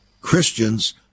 Christians